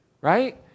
Right